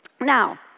Now